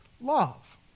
love